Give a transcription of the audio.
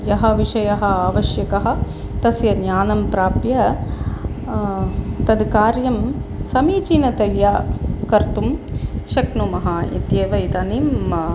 यः विषयः आवश्यकः तस्य ज्ञानं प्राप्य तद् कार्यं समीचीनतया कर्तुं शक्नुमः इत्येव इदानीम्